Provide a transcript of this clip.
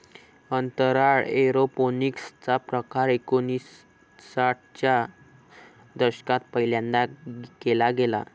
अंतराळात एरोपोनिक्स चा प्रकार एकोणिसाठ च्या दशकात पहिल्यांदा केला गेला